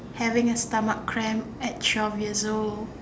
having a stomach cramp at twelve years old